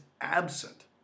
absent